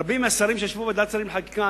רבים מהשרים שישבו בוועדת שרים לחקיקה,